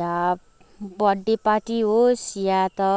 या birthday party होस् या त